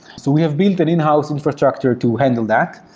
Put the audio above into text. so we have built an in-house infrastructure to handle that,